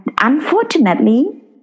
unfortunately